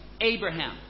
Abraham